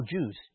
Jews